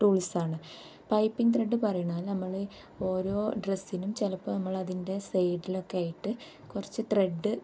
ടൂൾസാണ് piping thread പറയുകയാണെങ്കിൽ നമ്മൾ ഓരോ ഡ്രെസ്സിനും ചിലപ്പോൾ നമ്മളതിൻ്റെ സൈഡിലൊക്കെ ആയിട്ട് കുറച്ച് ത്രെഡ്